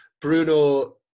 Bruno